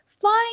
flying